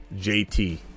JT